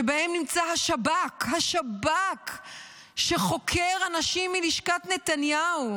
שבהם השב"כ חוקר אנשים מלשכת נתניהו